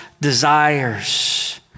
desires